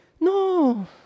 No